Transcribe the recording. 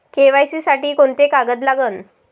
KYC साठी कोंते कागद लागन?